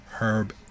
Herb